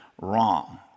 wrong